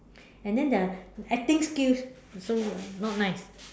and then their acting skills also ah not nice